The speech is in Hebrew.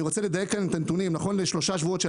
אני רוצה לדייק כאן את הנתונים: נכון לשלושה שבועות של